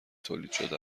تولیدشده